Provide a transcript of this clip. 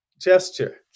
gesture